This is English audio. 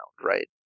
right